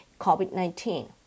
COVID-19